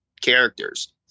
characters